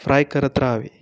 fry करत रहावे